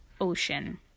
ocean